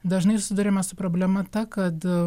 dažnai susiduriama su problema ta kad